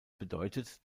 bedeutet